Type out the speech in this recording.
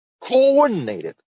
coordinated